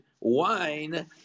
wine